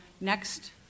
next